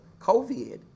COVID